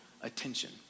attention